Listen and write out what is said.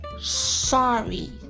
sorry